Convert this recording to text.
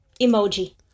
emoji